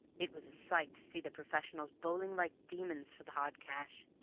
it was a sight to see the professionals bowling like demons for the hard cash,